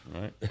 right